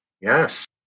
yes